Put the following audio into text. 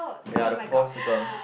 ya the four circle